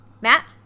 Matt